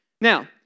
Now